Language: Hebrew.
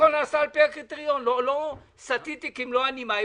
הכול נעשה לפי הקריטריון ולא סטיתי כמלוא הנימה.